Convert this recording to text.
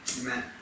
amen